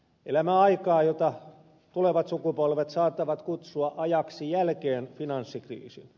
elämme aikaa jota tulevat sukupolvet saattavat kutsua ajaksi jälkeen finanssikriisin